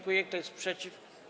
Kto jest przeciw?